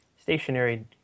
stationary